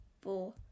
four